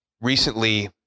recently